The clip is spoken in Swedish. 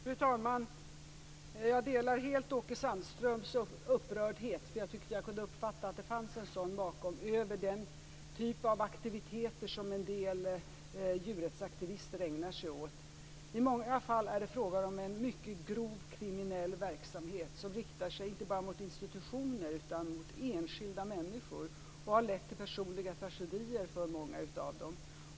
Fru talman! Jag delar helt Åke Sandströms upprördhet, för jag tyckte att jag kunde uppfatta att det fanns en sådan bakom, över den typ av aktiviteter som en del djurrättsaktivister ägnar sig åt. I många fall är det fråga om mycket grov kriminell verksamhet som inte bara riktar sig institutioner utan också mot enskilda människor. Det har lett till personliga tragedier för många.